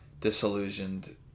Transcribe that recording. disillusioned